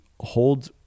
hold